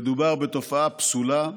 מדובר בתופעה פסולה,